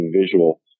visual